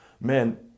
man